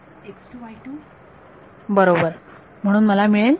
विद्यार्थी x2 y2 बरोबर म्हणून मला मिळेल